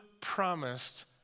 promised